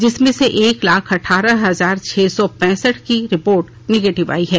जिसमें से एक लाख अठारह हजार छह सौ पैंसठ की रिपोर्ट नेगेटिव आयी है